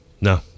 No